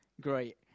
great